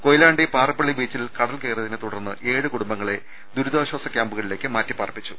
കൊയിലാണ്ടി പാറപ്പള്ളി ബീച്ചിൽ കടൽ കയ റിയതിനെ തുടർന്ന് ഏഴ് കുടുംബങ്ങളെ ദുരിതാശ്ചാസ ക്യാമ്പുകളിലേയ്ക്ക് മാറ്റിപ്പാർപ്പിച്ചു